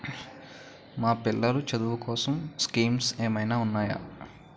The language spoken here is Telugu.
మా పిల్లలు చదువు కోసం స్కీమ్స్ ఏమైనా ఉన్నాయా?